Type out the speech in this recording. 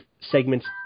segments